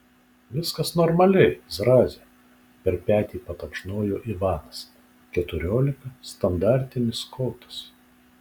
viskas normaliai zraze per petį patapšnojo ivanas keturiolika standartinis kotas